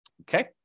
okay